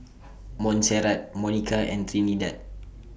Montserrat Monika and Trinidad